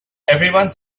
everyone